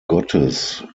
gottes